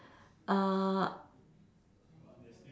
err